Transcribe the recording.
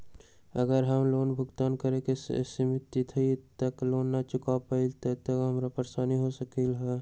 अगर हम लोन भुगतान करे के सिमित तिथि तक लोन न चुका पईली त की की परेशानी हो सकलई ह?